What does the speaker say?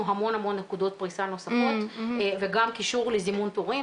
המון נקודות פריסה נוספות וגם קישור לזימון תורים.